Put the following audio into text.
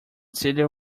celia